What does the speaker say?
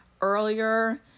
earlier